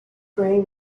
grey